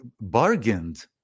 bargained